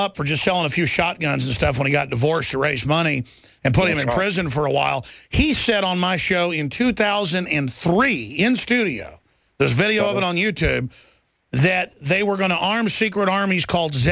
up for just selling a few shotguns and stuff when he got divorced to raise money and put him in prison for a while he said on my show in two thousand and three in studio there's a video of it on you to that they were going to arm secret armies